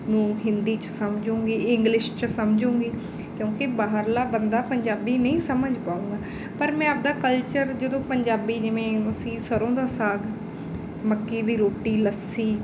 ਨੂੰ ਹਿੰਦੀ 'ਚ ਸਮਝੂੰਗੀ ਇੰਗਲਿਸ਼ 'ਚ ਸਮਝੂੰਗੀ ਕਿਉਂਕਿ ਬਾਹਰਲਾ ਬੰਦਾ ਪੰਜਾਬੀ ਨਹੀਂ ਸਮਝ ਪਾਵੇਗਾ ਪਰ ਮੈਂ ਆਪਦਾ ਕਲਚਰ ਜਦੋਂ ਪੰਜਾਬੀ ਜਿਵੇਂ ਅਸੀਂ ਸਰ੍ਹੋਂ ਦਾ ਸਾਗ ਮੱਕੀ ਦੀ ਰੋਟੀ ਲੱਸੀ